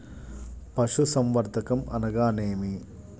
పశుసంవర్ధకం అనగానేమి?